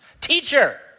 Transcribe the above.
Teacher